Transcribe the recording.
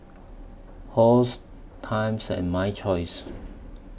Halls Times and My Choice